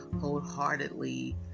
wholeheartedly